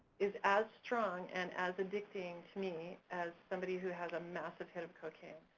is as strong and as addicting, me, as somebody who has a massive hit of cocaine.